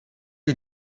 you